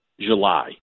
July